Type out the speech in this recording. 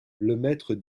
lemaitre